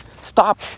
stop